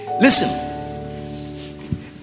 Listen